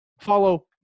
follow